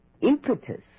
impetus